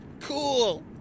cool